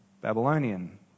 Babylonian